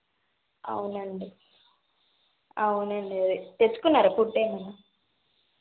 అవునండి అవునండి తెచ్చుకున్నారా ఫుడ్డు ఏమైనా